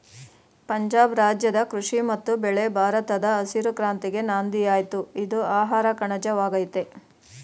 ಪಂಜಾಬ್ ರಾಜ್ಯದ ಕೃಷಿ ಮತ್ತು ಬೆಳೆ ಭಾರತದ ಹಸಿರು ಕ್ರಾಂತಿಗೆ ನಾಂದಿಯಾಯ್ತು ಇದು ಆಹಾರಕಣಜ ವಾಗಯ್ತೆ